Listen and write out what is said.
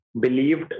believed